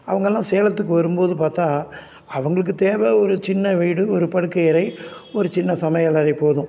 அவங்கெல்லாம் சேலத்துக்கு வரும் போது பார்த்தா அவங்களுக்கு தேவை ஒரு சின்ன வீடு ஒரு படுக்கை அறை ஒரு சின்ன சமையல் அறை போதும்